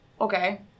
okay